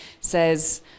says